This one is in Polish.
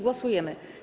Głosujemy.